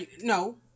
No